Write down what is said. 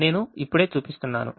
నేను ఇప్పుడే చూపిస్తున్నాను